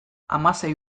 hamasei